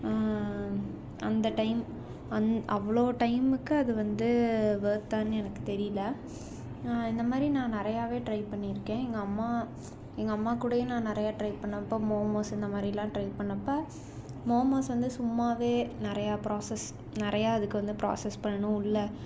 அந்த டைம் அவ்வளோ டைமுக்கு அது வந்து ஒர்த்தான்னு எனக்கு வந்து தெரியலை இந்த மாதிரி நான் நிறையாவே ட்ரை பண்ணிருக்கேன் எங்கள் அம்மா எங்கள் அம்மா கூடயும் நான் நிறையா ட்ரை பண்ணுறப்போ மோமோஸ் இந்த மாதிரிலாம் ட்ரை பண்ணப்போ மோமோஸ் சும்மாவே நிறையா ப்ராஸஸ் நிறையா அதுக்கு வந்து ப்ராஸஸ் பண்ணணும் உள்ள